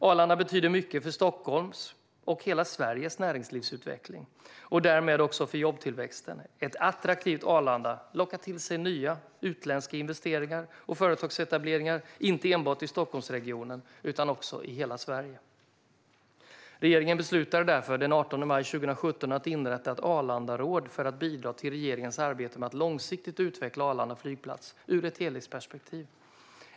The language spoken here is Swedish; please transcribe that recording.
Arlanda betyder mycket för Stockholms och hela Sveriges näringslivsutveckling och därmed också för jobbtillväxten. Ett attraktivt Arlanda lockar till sig nya utländska investeringar och företagsetableringar inte enbart i Stockholmsregionen utan i hela Sverige. Regeringen beslutade därför den 18 maj 2017 att inrätta ett Arlandaråd för att bidra till regeringens arbete med att långsiktigt utveckla Arlanda flygplats ur ett helhetsperspektiv.